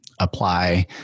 apply